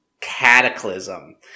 Cataclysm